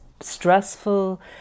stressful